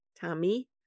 tommy